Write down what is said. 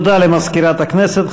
תודה למזכירת הכנסת.